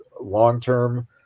long-term